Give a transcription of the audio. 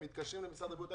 מתקשרים למשרד הבריאות.